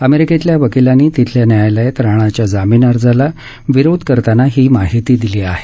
अमेरिकेतल्या वकिलांनी तिथल्या न्यायालयात राणाच्या जामीन अर्जाला विरोध करताना ही माहिती दिली आहे